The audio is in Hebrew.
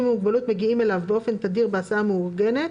עם מוגבלות מגיעים אליו באופן תדיר בהסעה מאורגנת